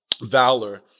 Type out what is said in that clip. valor